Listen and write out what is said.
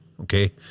Okay